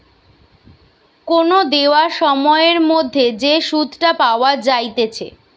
কোন দেওয়া সময়ের মধ্যে যে সুধটা পাওয়া যাইতেছে